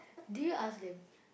did you ask them